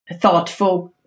thoughtful